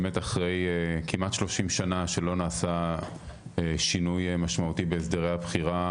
באמת אחרי כמעט שלושים שנה שלא נעשה שינוי משמעותי בהסדרי הבחירה,